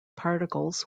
particles